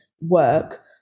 work